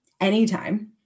anytime